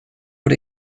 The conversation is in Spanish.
por